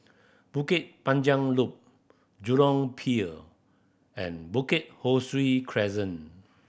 Bukit Panjang Loop Jurong Pier and Bukit Ho Swee Crescent